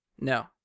No